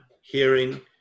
hearing